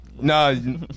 No